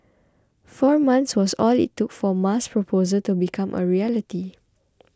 four months was all it took for Ma's proposal to become a reality